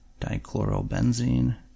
dichlorobenzene